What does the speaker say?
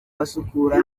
basukura